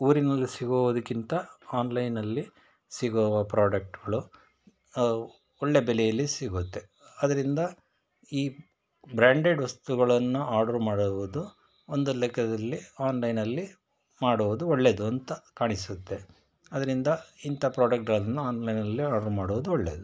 ಊರಿನಲ್ಲಿ ಸಿಗುವುದಕ್ಕಿಂತ ಆನ್ಲೈನಲ್ಲಿ ಸಿಗುವ ಪ್ರಾಡಕ್ಟ್ಗಳು ಒಳ್ಳೆಯ ಬೆಲೆಯಲ್ಲಿ ಸಿಗುತ್ತೆ ಅದರಿಂದ ಈ ಬ್ರ್ಯಾಂಡೆಡ್ ವಸ್ತುಗಳನ್ನು ಆರ್ಡರ್ ಮಾಡುವುದು ಒಂದು ಲೆಕ್ಕದಲ್ಲಿ ಆನ್ಲೈನಲ್ಲಿ ಮಾಡುವುದು ಒಳ್ಳೆಯದು ಅಂತ ಕಾಣಿಸುತ್ತೆ ಅದರಿಂದ ಇಂಥ ಪ್ರಾಡಕ್ಟ್ಗಳನ್ನು ಆನ್ಲೈನಲ್ಲಿ ಆರ್ಡರ್ ಮಾಡುವುದು ಒಳ್ಳೆಯದು